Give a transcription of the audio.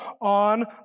on